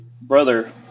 brother